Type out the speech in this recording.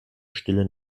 stille